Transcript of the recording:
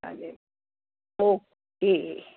चालेल ओके